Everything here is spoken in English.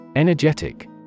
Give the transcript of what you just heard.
Energetic